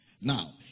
Now